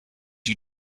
you